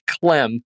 Clem